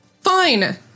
Fine